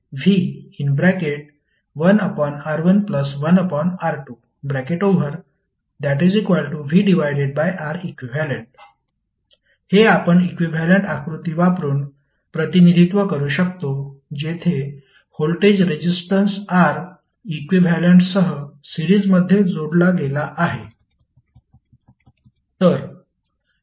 तर शेवटी ii1i2vR1vR2v1R11R2vReq हे आपण इक्विव्हॅलेंट आकृती वापरून प्रतिनिधित्व करू शकतो जेथे व्होल्टेज रेजिस्टन्स R इक्विव्हॅलेंटसह सिरीजमध्ये जोडला गेला आहे